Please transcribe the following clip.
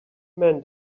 man